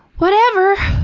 whatever!